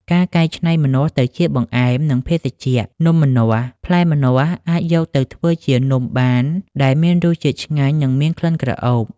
ការកែច្នៃផ្លែម្នាស់ទៅជាបង្អែម និងភេសជ្ជៈនំម្នាស់ ផ្លែម្នាស់អាចយកទៅធ្វើជានំបាន ដែលមានរសជាតិឆ្ងាញ់ និងមានក្លិនក្រអូប។